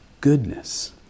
Goodness